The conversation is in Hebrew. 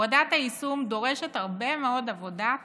הורדת היישום דורשת הרבה מאוד עבודת